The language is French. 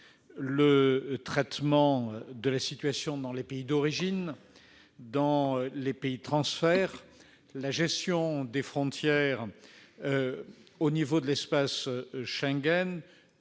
le traitement de la situation dans les pays d'origine, dans les pays de transfert, la gestion des frontières au sein de l'espace Schengen,